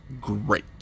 great